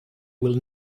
will